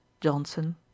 johnson